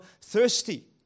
thirsty